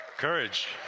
Courage